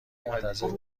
منتظر